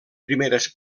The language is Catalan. primeres